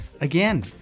again